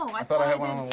um i thought i had one on